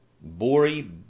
Bori